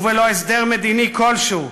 ובלא הסדר מדיני כלשהו,